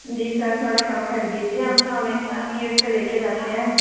जी sir थोड़ा कम कर दीजिए हम तो हमेशा आपके इससे ले के जाते हैं